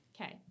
Okay